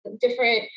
different